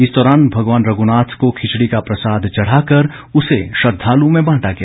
इस दौरान भगवान रघुनाथ को खिचड़ी का प्रसाद चढ़ाकर उसे श्रद्वालुओं में बांटा गया